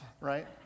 right